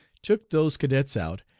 took those cadets out,